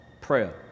prayer